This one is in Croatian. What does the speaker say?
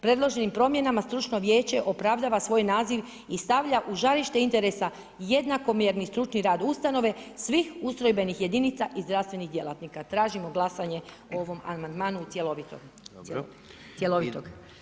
Predloženim promjenama stručno vijeće opravdava svoj naziv i stavlja u žarište interesa jednakomjerni i stručni rad ustanove svih ustrojbenih jedinica i zdravstvenih djelatnika, tražimo glasanje o ovom amandmanu cjelovitog.